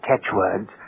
catchwords